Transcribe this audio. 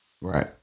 Right